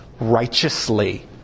righteously